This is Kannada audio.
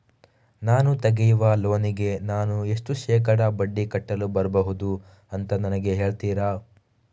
ನಾನು ತೆಗಿಯುವ ಲೋನಿಗೆ ನಾನು ಎಷ್ಟು ಶೇಕಡಾ ಬಡ್ಡಿ ಕಟ್ಟಲು ಬರ್ಬಹುದು ಅಂತ ನನಗೆ ಹೇಳ್ತೀರಾ?